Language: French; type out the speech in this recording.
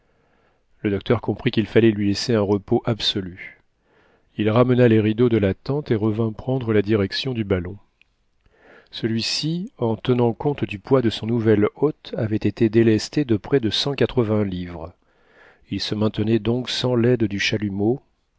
le docteur comprit qu'il fallait lui laisser un repos absolu il ramena les rideaux de la tente et revint prendre la direction du ballon celui-ci en tenant compte du poids de son nouvel hôte avait été délesté de prés de cent quatre-vingts livres il se maintenait donc sans l'aide du chalumeau